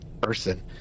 person